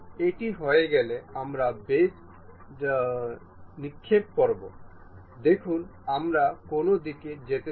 এটি হয়ে গেলে আমরা বেস নিক্ষেপ করবো দেখুন আমরা কোন দিকে যেতে চাই